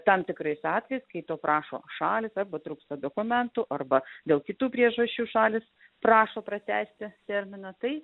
tam tikrais atvejais kai to prašo šalys arba trūksta dokumentų arba dėl kitų priežasčių šalys prašo pratęsti terminą tai